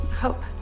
Hope